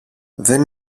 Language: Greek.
δεν